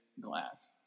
glass